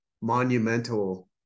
monumental